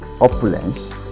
opulence